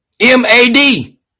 M-A-D